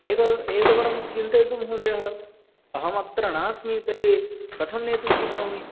एकव एकवरं चिन्तयतु महोदयः अहमत्र नास्मि तर्हि कथं नेतुं शक्नोमि